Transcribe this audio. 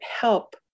help